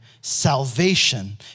salvation